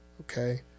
Okay